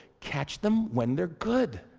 catch them when they're good.